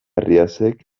arriasek